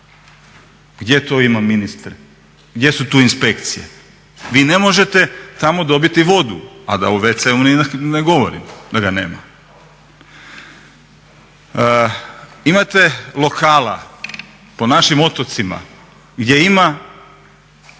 Gdje to ima ministre, gdje su tu inspekcije? Vi ne možete tamo dobiti vodu, a da o wc-u ni ne govorim da ga nema. Imate lokala po našim otocima gdje ima